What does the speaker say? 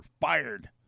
fired